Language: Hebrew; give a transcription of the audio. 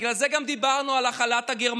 בגלל זה גם דיברנו על החל"ת הגרמני,